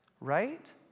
right